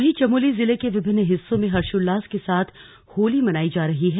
वहीं चमोली जिले के विभिन्न हिस्सों में हर्षोल्लास के साथ होली मनाई जा रही है